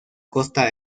costa